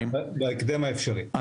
לוועדה בהקדם האפשרי.